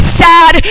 sad